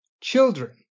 children